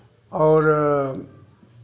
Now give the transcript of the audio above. और